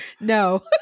No